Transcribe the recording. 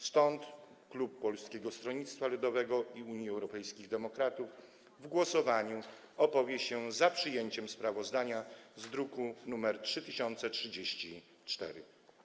Stąd klub Polskiego Stronnictwa Ludowego - Unii Europejskich Demokratów w głosowaniu opowie się za przyjęciem sprawozdania z druku nr 3034.